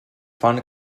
fan